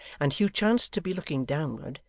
and hugh chanced to be looking downward,